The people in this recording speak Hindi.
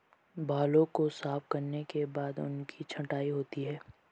बालों को साफ करने के बाद उनकी छँटाई होती है